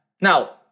Now